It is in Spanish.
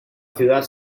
ciudad